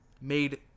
made